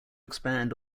expand